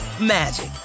magic